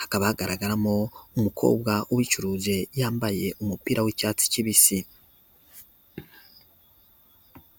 hakaba hagaragaramo umukobwa ubicuruje yambaye umupira w'icyatsi kibisi.